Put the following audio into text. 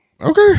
Okay